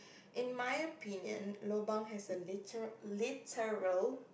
in my opinion lobang has a liter~ literal